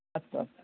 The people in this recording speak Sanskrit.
अस्तु अ